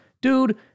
Dude